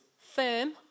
firm